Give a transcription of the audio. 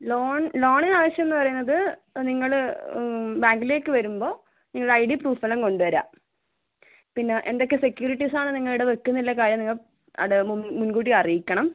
loan ലോണിനാവശ്യം എന്നു പറയുന്നത് നിങ്ങൾ ബാങ്കിലേക്ക് വരുമ്പോൾ നിങ്ങടെ ഐ ഡി പ്രൂഫെല്ലാം കൊണ്ടു വരിക പിന്നെ എന്തൊക്കെ സെക്യൂരിറ്റീസാണ് നിങ്ങളിവിടെ വയ്ക്കും എന്നുള്ള കാര്യം നിങ്ങൾ അത് മുൻകൂട്ടി അറിയിക്കണം